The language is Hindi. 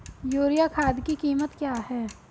यूरिया खाद की कीमत क्या है?